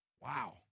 Wow